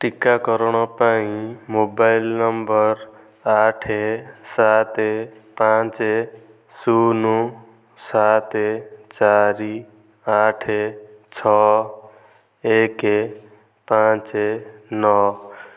ଟିକାକରଣ ପାଇଁ mobile number ଆଠ ସାତ ପାଞ୍ଚ ଶୂନ ସାତ ଚାରି ଆଠ ଛଅ ଏକ ପାଞ୍ଚ ନଅ